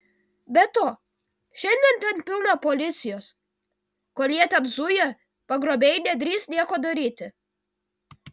be to šiandien ten pilna policijos kol jie ten zuja pagrobėjai nedrįs nieko daryti